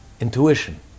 Intuition